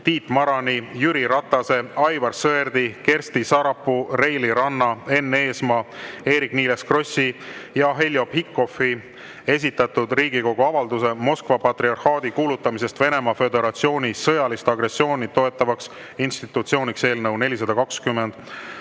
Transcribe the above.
Tiit Marani, Jüri Ratase, Aivar Sõerdi, Kersti Sarapuu, Reili Ranna, Enn Eesmaa, Eerik-Niiles Krossi ja Heljo Pikhofi esitatud Riigikogu avalduse "Moskva patriarhaadi kuulutamisest Venemaa Föderatsiooni sõjalist agressiooni toetavaks institutsiooniks" eelnõu 420